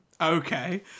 Okay